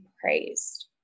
praised